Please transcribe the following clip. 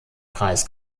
kreis